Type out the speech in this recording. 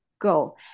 Go